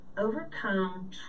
overcome